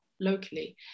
locally